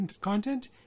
content